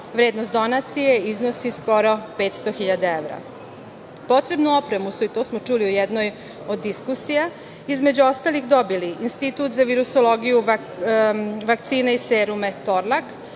Vrednost donacije iznosi skoro 500.000 evra. Potrebnu opremu su, i to smo čuli u jednoj od diskusija, između ostalih dobili: Institut za virusologiju, vakcine i serume „Torlak“,